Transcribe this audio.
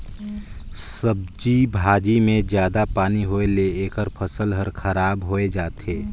सब्जी भाजी मे जादा पानी होए ले एखर फसल हर खराब होए जाथे